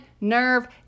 nerve